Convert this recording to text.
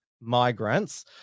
migrants